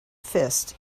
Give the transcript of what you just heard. fist